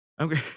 Okay